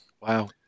Wow